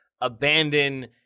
abandon